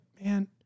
man